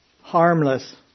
harmless